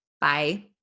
Bye